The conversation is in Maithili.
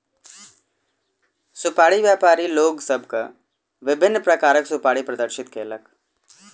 सुपाड़ी व्यापारी लोक सभ के विभिन्न प्रकारक सुपाड़ी प्रदर्शित कयलक